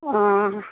অঁ